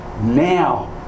now